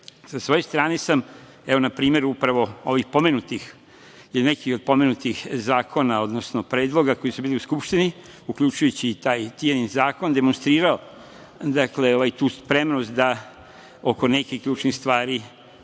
svoje strane sam, evo, na primer, upravo ovih pomenutih ili nekih od pomenutih zakona, odnosno predloga koji su bili u Skupštini, uključujući i taj Tijanin zakon, demonstrirao, dakle, tu spremnost da oko nekih ključnih stvari